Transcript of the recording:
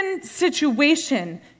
situation